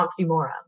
oxymoron